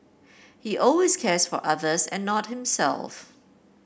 he always cares for others and not himself